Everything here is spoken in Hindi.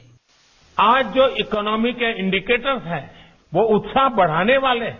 बाइट आज जो इक्नोमी के इंडिकेटर्स हैं वो उत्साह बढ़ाने वाले हैं